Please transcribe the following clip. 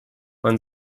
man